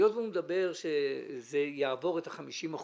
היות שהוא מדבר שזה יעבור את ה-50%,